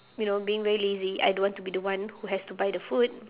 you know being very lazy I don't want to be the one who has to buy the food